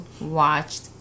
watched